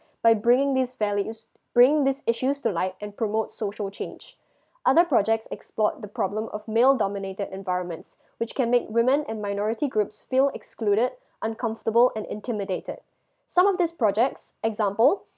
by bringing these values bringing these issues to light and promote social change other projects explored the problem of male dominated environments which can make women and minority groups feel excluded uncomfortable and intimidated some of these projects example